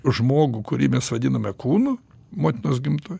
žmogų kurį mes vadiname kūnu motinos gimdoj